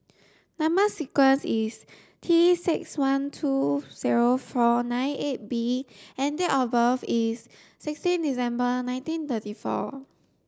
number sequence is T six one two zero four nine eight B and date of birth is sixteen December nineteen thirty four